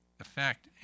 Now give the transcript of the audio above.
effect